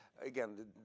Again